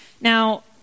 Now